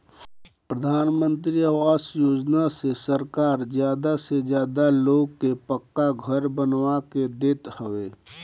प्रधानमंत्री आवास योजना से सरकार ज्यादा से ज्यादा लोग के पक्का घर बनवा के देत हवे